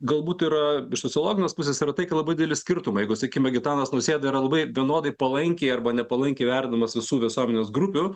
galbūt yra iš sociologinės pusės yra tai kad labai dideliai skirtumai jeigu sakykime gitanas nausėda yra labai vienodai palankiai arba nepalankiai vertinamas visų visuomenės grupių